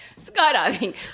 skydiving